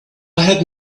had